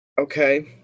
Okay